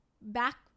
back